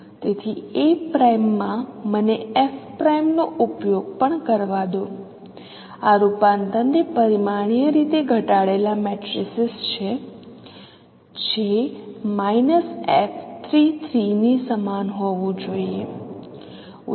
તેથી A' માં મને f પ્રાઇમ નો ઉપયોગ પણ કરવા દો આ રૂપાંતરને પરિમાણીય રીતે ઘટાડેલા મેટ્રિસીસ છે જે માઇનસ F 33 ની સમાન હોવું જોઈએ